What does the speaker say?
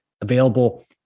available